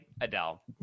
Adele